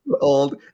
old